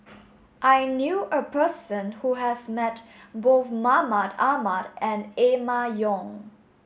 I knew a person who has met both Mahmud Ahmad and Emma Yong